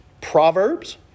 Proverbs